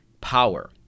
power